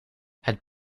het